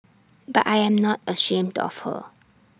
but I am not ashamed of her